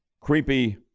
creepy